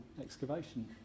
excavation